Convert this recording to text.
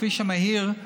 הכביש המהיר,